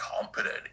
competent